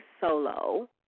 solo